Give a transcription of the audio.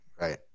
Right